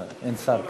אין שר כאן.